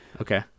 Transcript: Okay